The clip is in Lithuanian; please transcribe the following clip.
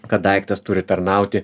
kad daiktas turi tarnauti